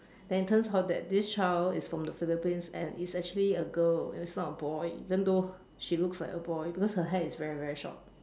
then turns out that this child is from the philippines and is actually a girl and is not a boy even though she looks like a boy because her hair is very very short